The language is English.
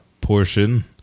portion